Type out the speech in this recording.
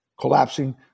collapsing